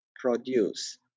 produce